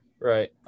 Right